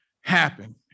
happen